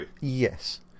Yes